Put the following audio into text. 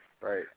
Right